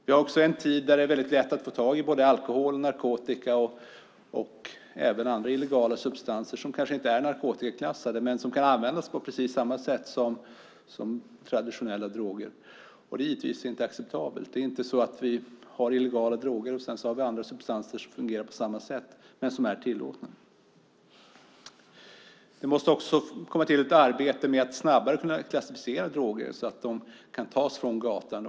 Vi lever i en tid då det är lätt att få tag i alkohol, narkotika och andra substanser som kanske inte är narkotikaklassade men som kan användas på precis samma sätt som traditionella droger. Det är givetvis inte acceptabelt. Vi får inte ha illegala droger och sedan andra substanser som fungerar på samma sätt men som är tillåtna. Det måste komma till ett arbete för att snabbare kunna klassificera droger så att de kan tas från gatan.